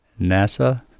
NASA